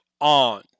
on